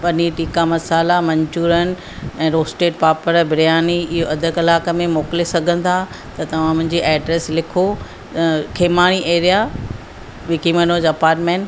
paneer tikka masala Manchurian ऐं roasted papad biryani इयो अधु कलाकु में मोकिले सघंदा त तव्हां मुंहिंजी एड्रेस लिखो खेमाई एरिया विकी मनोज अपाटमेंट